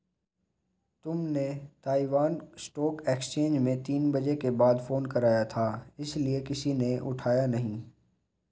तुमने Taiwan stock exchange में तीन बजे के बाद फोन करा था इसीलिए किसी ने उठाया नहीं